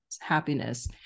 happiness